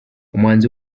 umuhanzi